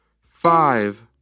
Five